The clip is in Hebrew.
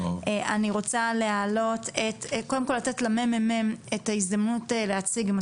אני רוצה לתת לממ"מ את ההזדמנות להציג,